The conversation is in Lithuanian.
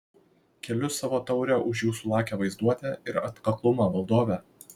keliu savo taurę už jūsų lakią vaizduotę ir atkaklumą valdove